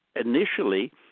initially